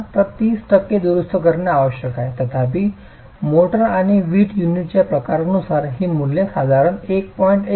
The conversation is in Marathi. तर 30 टक्के दुरुस्त करणे आवश्यक आहे तथापि मोर्टार आणि वीट युनिटच्या प्रकारानुसार ही मूल्ये साधारणतः 1